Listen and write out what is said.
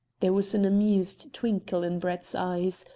there was an amused twinkle in brett's eyes,